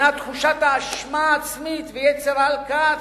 תחושת האשמה העצמית ויצר ההלקאה העצמית,